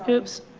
ah oops.